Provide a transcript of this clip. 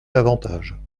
davantage